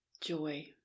joy